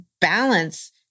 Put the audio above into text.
balance